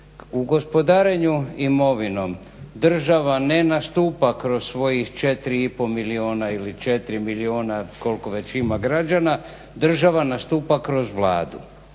U gospodarenju imovinom država ne nastupa kroz svojih 4,5 milijuna ili 4 milijuna, koliko već ima građana, država nastupa kroz Vladu.